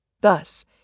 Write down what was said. Thus